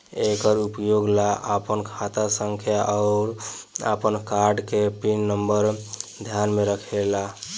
एकर उपयोग ला आपन खाता संख्या आउर आपन कार्ड के पिन नम्बर ध्यान में रखे के रहेला